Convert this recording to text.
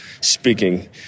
speaking